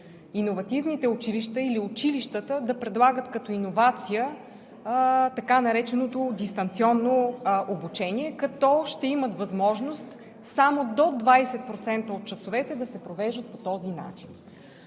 иновативните училища или училищата да предлагат като иновация така нареченото дистанционно обучение, като ще имат възможност само до 20% от часовете да се провеждат по този начин.